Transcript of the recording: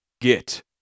get